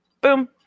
Boom